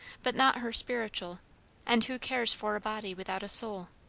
but not her spiritual and who cares for a body without a soul?